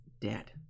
dead